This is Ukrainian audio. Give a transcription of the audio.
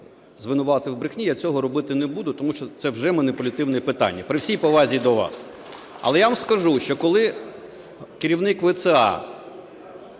звинуватив у брехні, я цього робити не буду, тому що це вже маніпулятивне питання, при всій повазі до вас. Але я вам скажу, що коли керівник ВЦА